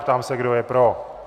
Ptám se, kdo je pro.